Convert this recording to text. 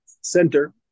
center